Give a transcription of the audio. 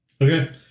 Okay